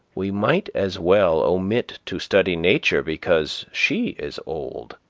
we might as well omit to study nature because she is old.